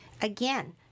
again